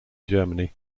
germany